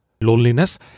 loneliness